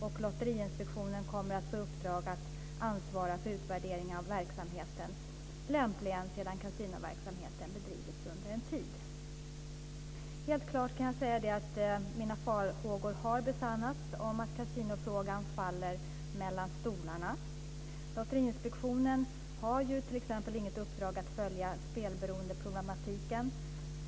Lotteriinspektionen kommer att få i uppdrag att ansvara för utvärdering av verksamheten, lämpligen sedan kasinoverksamheten bedrivits under en tid. Helt klart har mina farhågor besannats, att kasinofrågan faller mellan stolarna. Lotteriinspektionen har t.ex. inget uppdrag att följa problematiken med spelberoende.